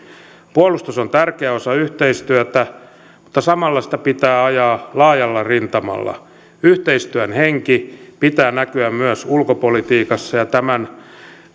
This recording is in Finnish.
puolustus on tärkeä osa yhteistyötä mutta samalla sitä pitää ajaa laajalla rintamalla yhteistyön hengen pitää näkyä myös ulkopolitiikassa ja tämän